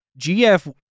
GF